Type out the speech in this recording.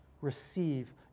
receive